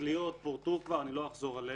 התכליות כבר פורטו, אני לא אחזור עליהן.